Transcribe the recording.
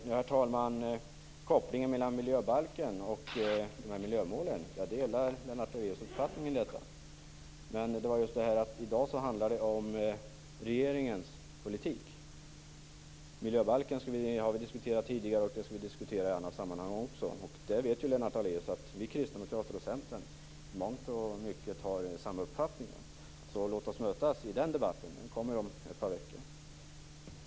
Herr talman! När det gäller kopplingen mellan miljöbalken och miljömålen delar jag Lennart Daléus uppfattning. Men i dag handlar det om regeringens politik. Miljöbalken har vi diskuterat tidigare och vi skall diskutera den också i andra sammanhang. Lennart Daléus vet att vi kristdemokrater och Centern i mångt och mycket har samma uppfattning, så låt oss mötas i den debatten. Den kommer ju om ett par veckor.